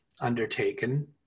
undertaken